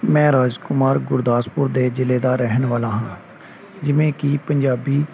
ਮੈਂ ਰਾਜ ਕੁਮਾਰ ਗੁਰਦਾਸਪੁਰ ਦੇ ਜ਼ਿਲ੍ਹੇ ਦਾ ਰਹਿਣ ਵਾਲਾ ਹਾਂ ਜਿਵੇਂ ਕਿ ਪੰਜਾਬੀ